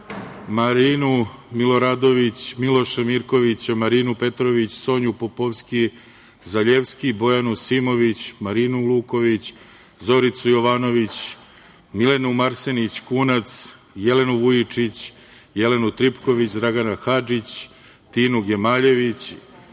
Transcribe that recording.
Marinu Miloradović, Miloša Mirkovića, Marinu Petrović, Sonju Popovski Zaljevski, Bojanu Simović, Marinu Luković, Zoricu Jovanović, Milenu Marsenić Kunac, Jelenu Vujičić, Jelenu Tripković, Dragana Hadžić, Tinu Gemaljević,